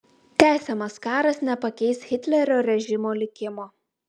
tęsiamas karas nepakeis hitlerio režimo likimo